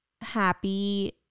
happy